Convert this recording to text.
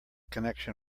connection